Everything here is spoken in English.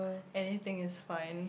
anything is fine